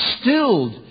stilled